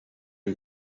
and